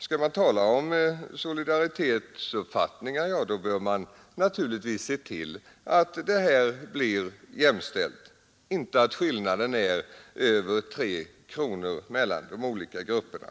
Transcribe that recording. Skall man tala om solidaritetsuppfattningar, bör man naturligtvis se till att det blir jämställdhet och att inte skillnaden är över tre kronor mellan de olika grupperna.